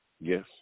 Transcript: Yes